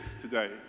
today